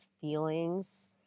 feelings